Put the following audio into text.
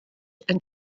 and